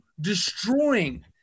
destroying